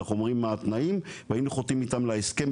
אנחנו אומרים מה התנאים והיינו חותמים איתם על ההסכם,